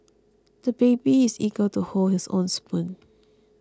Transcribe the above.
the baby is eager to hold his own spoon